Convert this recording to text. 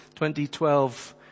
2012